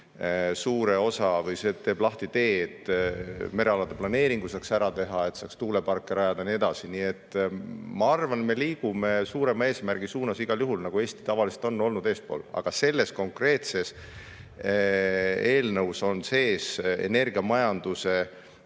suure osa või teeb lahti tee, et merealade planeeringu saaks ära teha, et saaks tuuleparke rajada ja nii edasi. Nii et ma arvan, et me liigume suurema eesmärgi suunas igal juhul, nagu Eesti tavaliselt on olnud eespool. Aga selles konkreetses eelnõus sees olevad energiamajanduse